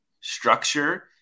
structure